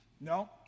No